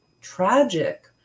tragic